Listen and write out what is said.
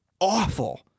awful